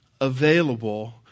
available